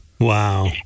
wow